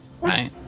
right